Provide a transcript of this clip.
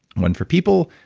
one for people,